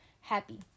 happy